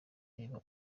reba